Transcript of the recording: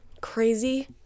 Crazy